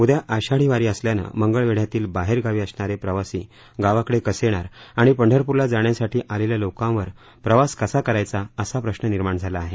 उद्या आषाढीवारी असल्याने मंगळवेढ्यातील बाहेर गावी असणारे प्रवासी गावाकडे कसे येणार आणि पंढरपूरला जाण्यासाठी आलेल्या लोकावर प्रवास कसा करायचा असा प्रश्न निर्माण झाला आहे